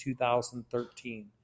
2013